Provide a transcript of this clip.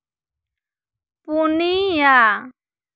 ᱯᱩᱱᱤᱭᱟ